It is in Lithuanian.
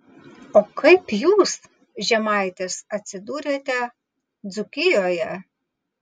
o kaip jūs žemaitis atsidūrėte dzūkijoje